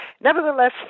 Nevertheless